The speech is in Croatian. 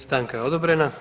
Stanka je odobrena.